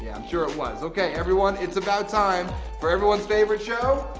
yeah i'm sure it was. okay everyone it's about time for everyone's favorite show,